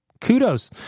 kudos